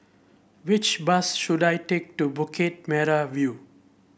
which bus should I take to Bukit Merah View